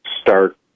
start